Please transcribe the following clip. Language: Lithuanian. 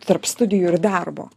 tarp studijų ir darbo